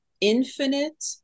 infinite